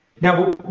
Now